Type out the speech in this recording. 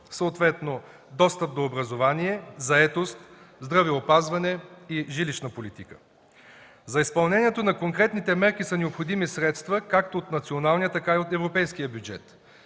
съответно: достъп до образование; заетост; здравеопазване и жилищна политика. За изпълнението на конкретните мерки са необходими средства както от националния, така и от европейския бюджет.